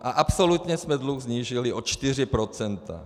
A absolutně jsme dluh snížili o 4 %.